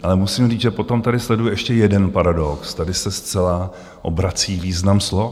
Ale musím říct, že potom tady sleduji ještě jeden paradox tady se zcela obrací význam slov.